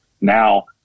now